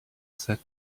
said